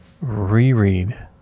reread